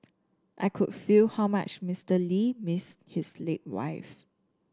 I could feel how much Mister Lee missed his late wife